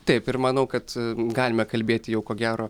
taip ir manau kad galime kalbėti jau ko gero